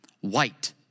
white